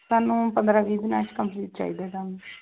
ਸਾਨੂੰ ਪੰਦਰਾਂ ਵੀਹ ਦਿਨਾਂ 'ਚ ਕੰਪਲੀਟ ਚਾਹੀਦਾ ਕੰਮ